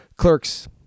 Clerks